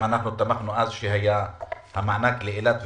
תמכנו גם בזמנו כשהיה המענק לאילת וטבריה.